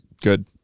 Good